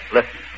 Listen